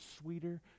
sweeter